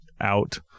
out